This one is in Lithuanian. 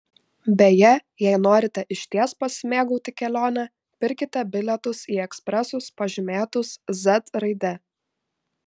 beje jei norite išties pasimėgauti kelione pirkite bilietus į ekspresus pažymėtus z raide